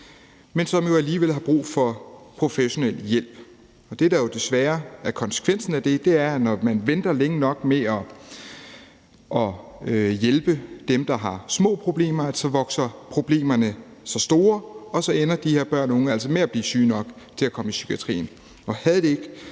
men som jo alligevel har brug for professionel hjælp. Og det er jo desværre sådan, at når man venter længe nok med at hjælpe dem, der har små problemer, så er konsekvensen, at problemerne vokser sig store, og så ender de her børn altså med at blive syge nok til at komme i psykiatrien. Havde det ikke